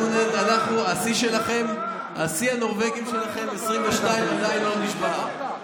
שיא הנורבגים שלכם, 22, עדיין לא נשבר.